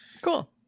cool